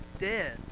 dead